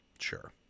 Sure